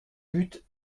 but